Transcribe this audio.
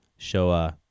Showa